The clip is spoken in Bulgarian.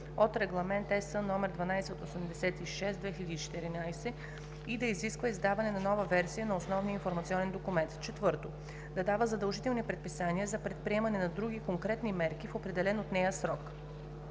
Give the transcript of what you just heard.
от Регламент (ЕС) № 1286/2014, и да изисква издаване на нова версия на основния информационен документ; 4. да дава задължителни предписания за предприемане на други конкретни мерки в определен от нея срок.